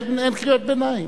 אין קריאות ביניים.